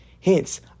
Hence